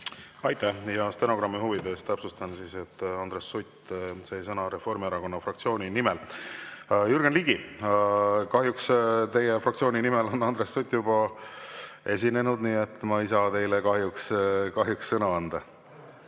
Aitäh! Stenogrammi huvides täpsustan, et Andres Sutt sai sõna Reformierakonna fraktsiooni nimel. Jürgen Ligi, teie fraktsiooni nimel on Andres Sutt juba esinenud, nii et ma ei saa teile kahjuks sõna anda.